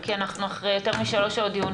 כי אנחנו אחרי יותר משלוש שעות דיון.